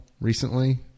recently